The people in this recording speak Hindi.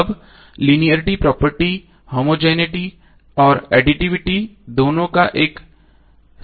अब लीनियरटी प्रॉपर्टी होमोजेनििटी और एडिटिविटी दोनों का एक संयोजन है